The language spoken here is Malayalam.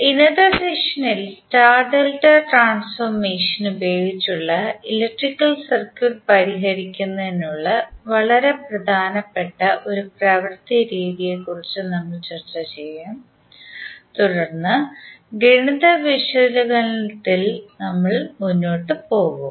ഇന്നത്തെ സെഷനിൽ സ്റ്റാർ ഡെൽറ്റ ട്രാൻസ്ഫോർമേഷൻ ഉപയോഗിച്ചു ഇലക്ട്രിക്കൽ സർക്യൂട്ട് പരിഹരിക്കുന്നതിനുള്ള വളരെ പ്രധാനപ്പെട്ട ഒരു പ്രവൃത്തി രീതി യെക്കുറിച്ച് നമ്മൾ ചർച്ച ചെയ്യും തുടർന്ന് ഗണിത വിശകലനത്തിനായി നമ്മൾ മുന്നോട്ട് പോകും